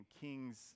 kings